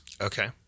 Okay